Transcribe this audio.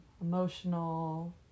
emotional